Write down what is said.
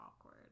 awkward